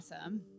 awesome